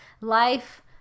life